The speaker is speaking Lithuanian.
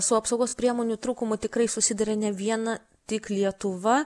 su apsaugos priemonių trūkumu tikrai susiduria ne viena tik lietuva